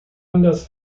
anders